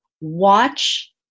watch